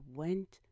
went